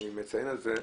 היא חדשנית,